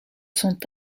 sont